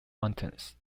mountains